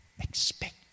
expect